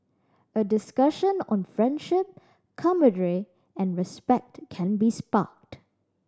a discussion on friendship camaraderie and respect can be sparked